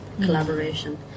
collaboration